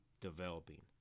developing